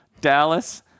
Dallas